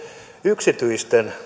yksityisten